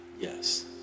Yes